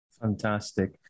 Fantastic